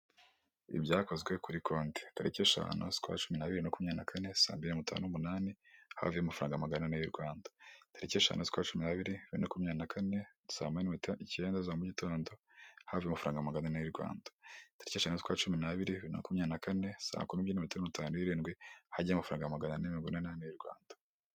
Ibyakozwe kuri konti, tariki eshanu z'ukwacumi n'abiri na makumyabiri na mirongo itanu n'umunani havuyeho amafaranga magana ane y' u Rwanda. Tariki eshanu z'ukwacumi n'abiri na makumyabiri na kane saa moya n'iminota icyenda za mu gitondo havuyeho amafaranga magana ane y' u Rwanda. Tariki eshanu z'ukwacumi n'abiri bibiri na makumyabiri nakane saa kumi n'ebyiri n'iminota mirongo itanu n'irindwi hagiyeho amafaranga magana ane mirongo ine n'ane y'u Rwanda.